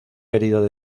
querido